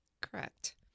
Correct